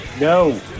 no